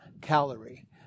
calorie